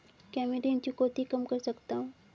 क्या मैं ऋण चुकौती कम कर सकता हूँ?